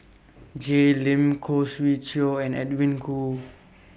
Jay Lim Khoo Swee Chiow and Edwin Koo